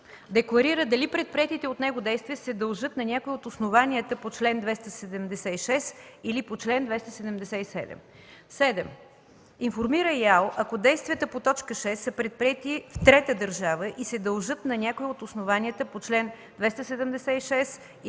декларира дали предприетите от него действия се дължат на някое от основанията по чл. 276 или по чл. 277; 7. информира ИАЛ, ако действията по т. 6 са предприети в трета държава и се дължат на някое от основанията по чл. 276 или